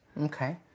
Okay